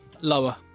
Lower